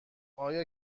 آیا